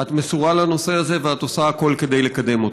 את מסורה לנושא הזה ואת עושה הכול כדי לקדם אותו.